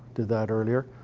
did that earlier.